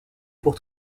pour